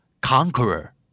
Conqueror